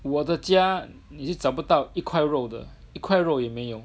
我的家你是找不到一块肉的一块肉也没有